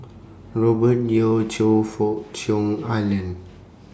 Robert Yeo Choe Fook Cheong Alan